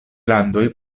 landoj